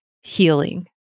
healing